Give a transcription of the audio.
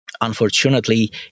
Unfortunately